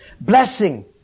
blessing